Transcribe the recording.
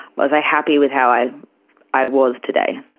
was i happy with how i i was today?